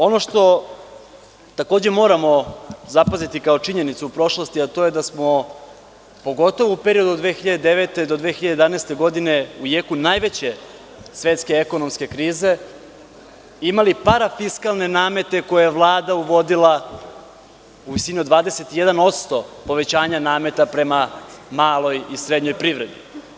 Ono što takođe moramo zapaziti kao činjenicu u prošlosti, a to je da smo pogotovo u periodu od 2009. do 2011. godine, u jeku najveće svetske ekonomske krize imali parafiskalne namete koje je Vlada uvodila u visini od 21% povećanja nameta prema maloj i srednjoj privredi.